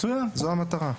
זו המטרה.